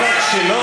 לא רק שלו,